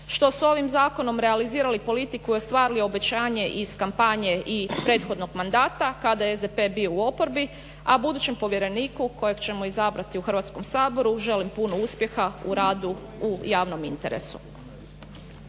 što su ovim zakonom realizirali politiku i ostvarili obećanje iz kampanje i prethodnog mandata kada je SDP bio u oporbi, a budućem povjereniku kojeg ćemo izabrati u Hrvatskom saboru želim puno uspjeha u radu u javnom interesu.